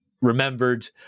remembered